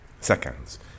seconds